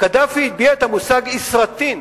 קדאפי הטביע את המושג "ישראטין".